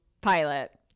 pilot